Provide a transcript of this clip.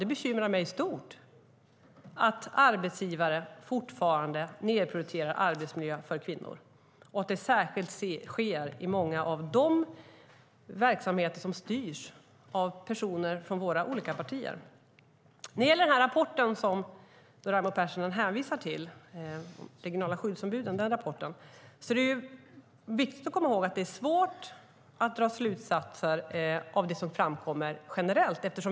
Det bekymrar mig stort att arbetsgivare fortfarande nedprioriterar arbetsmiljön för kvinnor och att det särskilt sker i många av de verksamheter som styrs av personer från våra olika partier. När det gäller den rapport från de regionala skyddsombuden som Raimo Pärssinen hänvisar till är det viktigt att komma ihåg att det är svårt att dra slutsatser av det som framkommer generellt.